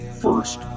First